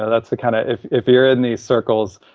that's the kind of, if if you're in these circles,